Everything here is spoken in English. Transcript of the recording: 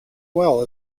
well